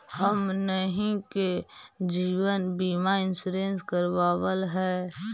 हमनहि के जिवन बिमा इंश्योरेंस करावल है?